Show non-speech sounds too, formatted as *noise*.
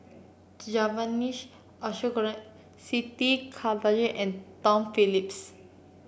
*unintelligible* Ashok Ghari Siti Khalijah and Tom Phillips